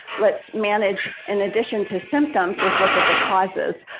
let's manage in addition to symptoms, let's look at the causes.